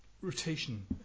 Rotation